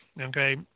okay